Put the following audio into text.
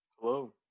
Hello